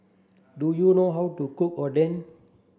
do you know how to cook Oden